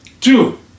Two